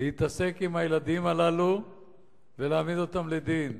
להתעסק עם הילדים הללו ולהעמיד אותם לדין.